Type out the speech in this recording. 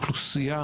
אוכלוסייה